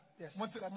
Yes